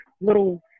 little